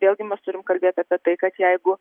vėlgi mes turim kalbėt apie tai kad jeigu